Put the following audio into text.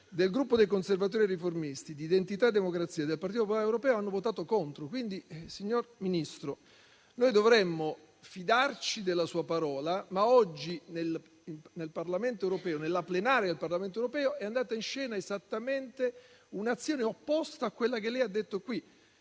del Gruppo dei Conservatori e Riformisti Europei, di Identità e Democrazia e del Partito Popolare Europeo hanno votato contro. Quindi, signor Ministro, noi dovremmo fidarci della sua parola, ma oggi nella seduta plenaria del Parlamento europeo è andata in scena esattamente un'azione opposta a quella che lei ha riferito qui.